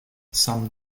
some